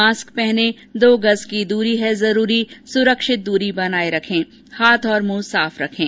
mask पहनें दो गज़ की दूरी है जरूरी सुरक्षित दूरी बनाए रखें हाथ और मुंह साफ रखें